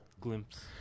glimpse